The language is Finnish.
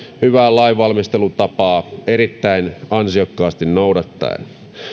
hyvää lainvalmistelutapaa erittäin ansiokkaasti noudattaen